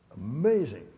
amazing